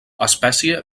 espècie